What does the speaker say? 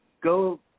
Go